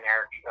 Eric